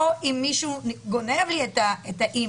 פה אם מישהו גונב לי את האימייל,